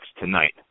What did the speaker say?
tonight